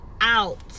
out